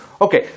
Okay